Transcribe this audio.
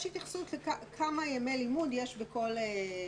התייחסות לכמה ימי לימוד יש בכל דבר.